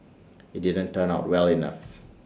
IT didn't turn out well enough